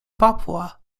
papua